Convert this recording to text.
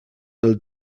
del